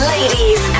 Ladies